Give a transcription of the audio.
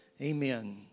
Amen